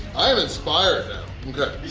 i am inspired